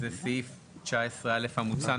זה סעיף 19א המוצע.